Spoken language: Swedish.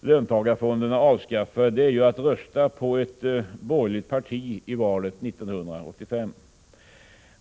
löntagarfonderna avskaffade är att rösta på ett borgerligt parti i valet 1985.